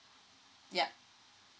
yeah